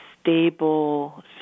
stable